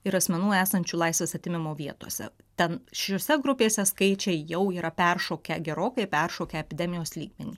ir asmenų esančių laisvės atėmimo vietose ten šiose grupėse skaičiai jau yra peršokę gerokai peršokę epidemijos lygmenį